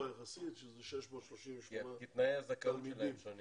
יחסית שזה 638. כי תנאי הזכאות שלהם שונים